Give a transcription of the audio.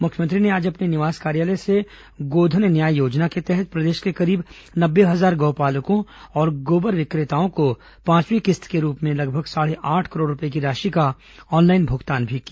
मुख्यमंत्री ने आज अपने निवास कार्यालय से गोधन न्याय योजना के तहत प्रदेश के करीब नब्बे हजार गौ पालकों और गोबर विक्रेताओं को पांचवीं किस्त के रूप में लगभग साढ़े आठ करोड़ रूपये की राशि का ऑनलाइन भुगतान भी किया